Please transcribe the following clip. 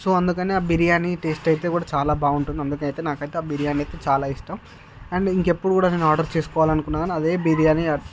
so అందుకని ఆ biryani taste అయితే కూడా చాలా బాగుంటుంది అందుకని అయితే నాకైతే ఆ బిర్యానీ అయితే చాలా ఇష్టం అండ్ ఇంకెప్పుడు కూడా నేను ఆర్డర్ చేసుకోవాలి అనుకున్నా కానీ అదే బిర్యానీ